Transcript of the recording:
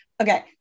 Okay